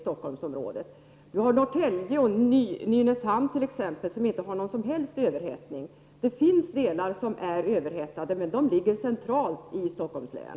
T.ex. Norrtälje och Nynäshamn har inte någon som helst överhettning. Det finns delar som är överhettade, men de ligger centralt i Stockholms län.